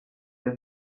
que